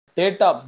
data